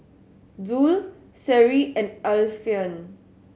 Zul Seri and Alfian